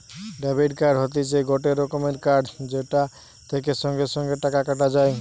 debit card হতিছে গটে রকমের কার্ড যেটা থেকে সঙ্গে সঙ্গে টাকা কাটা যায়